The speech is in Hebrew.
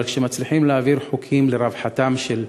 אבל כשמצליחים להעביר חוקים לרווחתם של תושבים,